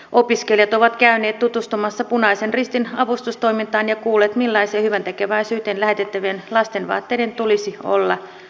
opiskelijat ovat käyneet tutustumassa punaisen ristin avustustoimintaan ja kuulleet millaisia hyväntekeväisyyteen lähetettävien lastenvaatteiden tulisi olla